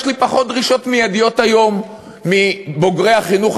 יש לי פחות דרישות מיידיות היום מבוגרי החינוך